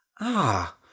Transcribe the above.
Ah